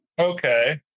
Okay